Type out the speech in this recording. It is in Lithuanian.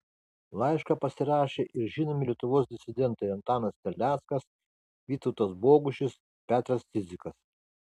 laišką pasirašė ir žinomi lietuvos disidentai antanas terleckas vytautas bogušis petras cidzikas